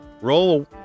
Roll